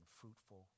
fruitful